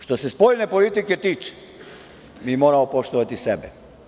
Što se spoljne politike tiče, moramo poštovati sebe.